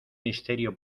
misterio